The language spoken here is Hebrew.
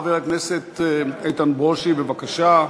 חבר הכנסת איתן ברושי, בבקשה.